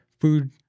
Food